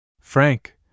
Frank